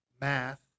math